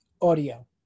audio